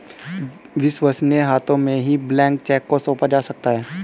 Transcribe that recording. विश्वसनीय हाथों में ही ब्लैंक चेक को सौंपा जा सकता है